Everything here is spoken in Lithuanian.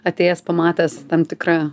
atėjęs pamatęs tam tikrą